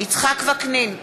יצחק וקנין,